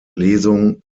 lesung